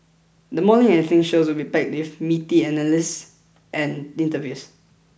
the morning and things shows will be packed with meaty analyses and interviews